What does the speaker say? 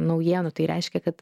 naujienų tai reiškia kad